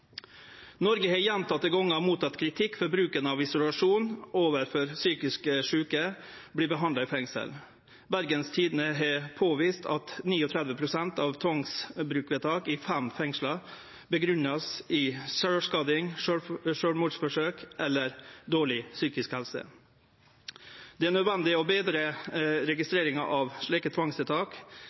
overfor psykisk sjuke som vert behandla i fengsel. Bergens Tidende har påvist at 39 pst. av alle vedtak om tvangsbruk i fem fengsel vart grunngjeve med sjølvskading, sjølvmordsforsøk eller dårleg psykisk helse. Det er nødvendig å betre registreringa av slike